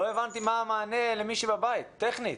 לא הבנתי מה המענה למי שבבית, טכנית.